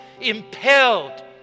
impelled